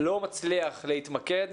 לא מצליח להתמקד,